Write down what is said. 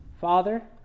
Father